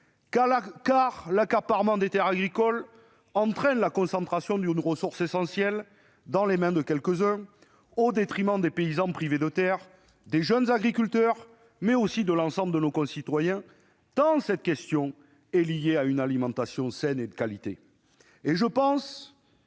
? L'accaparement des terres agricoles entraîne en effet la concentration d'une ressource essentielle dans les mains de quelques-uns, au détriment des paysans privés de terre, des jeunes agriculteurs, mais aussi de l'ensemble de nos concitoyens, tant cette question a partie liée avec l'exigence d'une alimentation saine et de qualité. Mon sentiment